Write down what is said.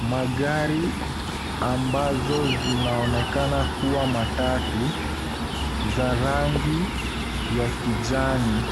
magari ambazo zinaonekana kuwa matatu za rangi ya kijani.